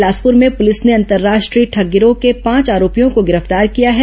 बिलासपुर में पुलिस ने अंतर्राष्ट्रीय ठग गिरोह के पांच आरोपियों को गिरफ्तार किया है